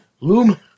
Loom